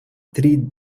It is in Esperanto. tri